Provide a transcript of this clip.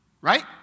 right